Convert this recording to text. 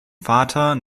vater